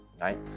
right